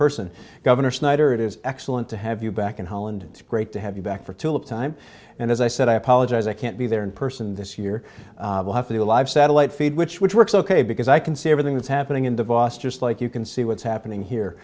person governor snyder it is excellent to have you back in holland it's great to have you back for tulip time and as i said i apologize i can't be there in person this year will have to do a live satellite feed which which works ok because i can see everything that's happening in the boss just like you can see what's happening here